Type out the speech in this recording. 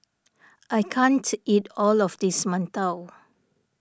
I can't eat all of this Mantou